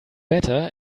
better